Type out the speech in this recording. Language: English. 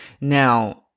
Now